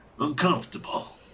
uncomfortable